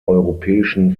europäischen